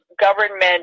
government